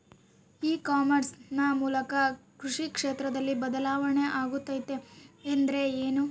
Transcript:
E commerce ನ ಮೂಲಕ ಕೃಷಿ ಕ್ಷೇತ್ರದಲ್ಲಿ ಬದಲಾವಣೆ ಆಗುತ್ತಿದೆ ಎಂದರೆ ಏನು?